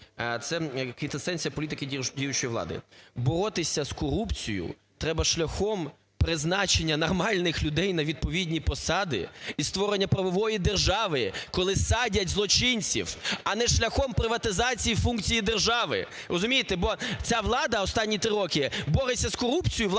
це квінтесенція політики діючої влади. Боротися з корупцією треба шляхом призначення нормальних людей на відповідні посади і створення правової держави, коли садять злочинців, а не шляхом приватизації функцій держави, розумієте. Бо ця влада останні три роки "бореться з корупцією"